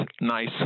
NICE